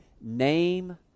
name